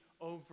over